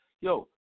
Yo